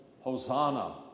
Hosanna